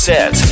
Set